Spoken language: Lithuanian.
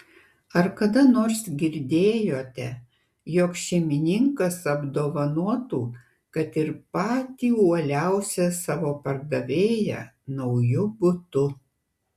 ar kada nors girdėjote jog šeimininkas apdovanotų kad ir patį uoliausią savo pardavėją nauju butu